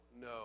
no